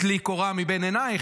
טלי קורה מבין עינייך,